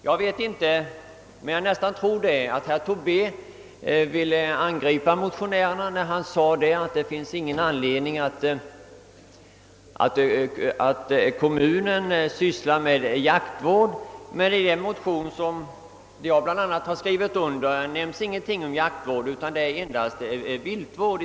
Jag vet inte säkert, men jag tyckte att herr Tobé ville angripa motionärerna när han sade att det inte fanns någon anledning att kommunen sysslar med jaktvård. Men i den motion, som bl.a. jag skrivit under, nämns ingenting om jaktvård, utan i så fall endast viltvård.